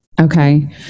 Okay